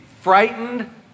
frightened